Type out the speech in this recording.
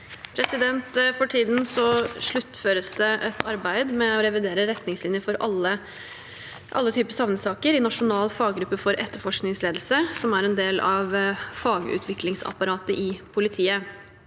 For tiden sluttfø- res det et arbeid med å revidere retningslinjer for alle typer savnetsaker i Nasjonal faggruppe for etterforskningsledelse, som er en del av fagutviklingsapparatet i politiet.